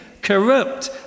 corrupt